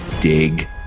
dig